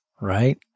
right